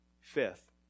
Fifth